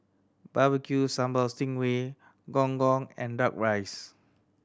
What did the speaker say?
Barbecue Sambal sting ray Gong Gong and Duck Rice